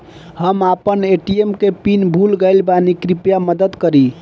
हम आपन ए.टी.एम के पीन भूल गइल बानी कृपया मदद करी